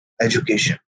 education